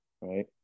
right